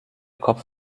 kopf